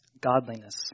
godliness